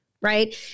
right